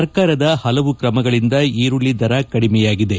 ಸರ್ಕಾರದ ಪಲವು ಕ್ರಮಗಳಿಂದ ಈರುಳ್ಳಿ ದರ ಕಡಿಮೆಯಾಗಿದೆ